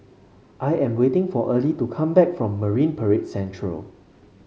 I am waiting for Early to come back from Marine Parade Central